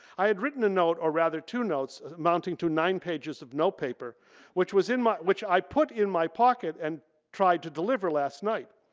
i had written a note or rather two notes amounting to nine pages of note paper which was in my, which i put in my pocket and tried to deliver last night.